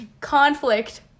conflict